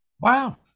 Wow